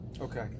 Okay